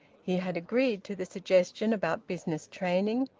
he had agreed to the suggestion about business training,